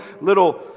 little